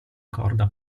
corda